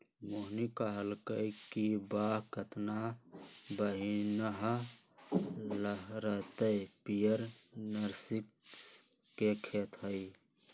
मोहिनी कहलकई कि वाह केतना बनिहा लहराईत पीयर नर्गिस के खेत हई